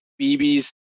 bb's